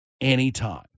anytime